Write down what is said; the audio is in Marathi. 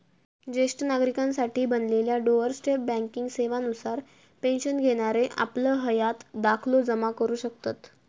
ज्येष्ठ नागरिकांसाठी बनलेल्या डोअर स्टेप बँकिंग सेवा नुसार पेन्शन घेणारे आपलं हयात दाखलो जमा करू शकतत